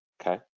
Okay